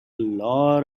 lot